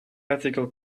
ethical